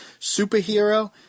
superhero